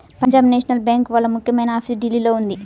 Punjab national bank వాళ్ళ ముఖ్యమైన office ఢిల్లీలో ఉంది